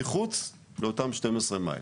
מחוץ לאותם 12 מייל.